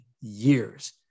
years